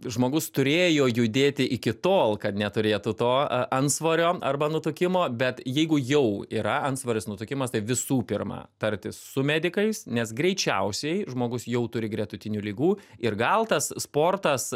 žmogus turėjo judėti iki tol kad neturėtų to antsvorio arba nutukimo bet jeigu jau yra antsvoris nutukimas tai visų pirma tartis su medikais nes greičiausiai žmogus jau turi gretutinių ligų ir gal tas sportas